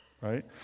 Right